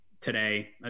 today